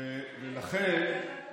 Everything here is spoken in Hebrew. ולכן,